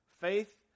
Faith